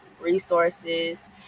resources